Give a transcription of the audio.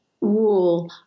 rule